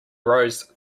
rows